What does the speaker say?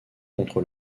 contre